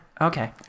Okay